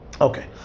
Okay